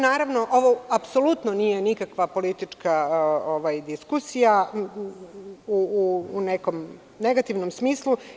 Naravno, ovo apsolutno nije nikakva politička diskusija u nekom negativnom smislu.